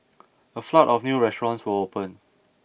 a flood of new restaurants will open